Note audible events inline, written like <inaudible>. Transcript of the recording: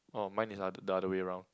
orh mine is <noise> the other way round